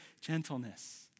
gentleness